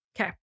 Okay